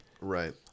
Right